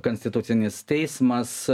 konstitucinis teismas